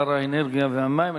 שר האנרגיה והמים,